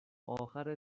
آخر